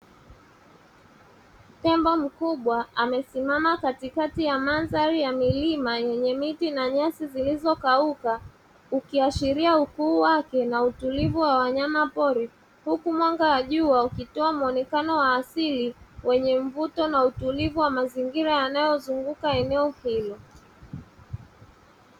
Tembo mkubwa amesimama katikati ya mandhari ya milima yenye miti na nyasi zilizokauka ukiashiria kuwa kuna utulivu wa wanyama pori huku mwanga wa jua ukitoa muonekano wa asili wenye mvuto na utulivu wa mazingira yanayozunguka eneo hilo.